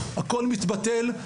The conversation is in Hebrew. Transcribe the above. הכול מתבטל,